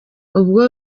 ubwo